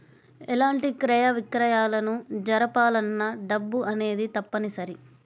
ఎలాంటి క్రయ విక్రయాలను జరపాలన్నా డబ్బు అనేది తప్పనిసరి